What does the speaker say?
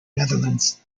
netherlands